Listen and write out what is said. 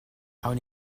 awn